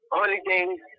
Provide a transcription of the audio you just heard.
holidays